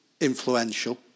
influential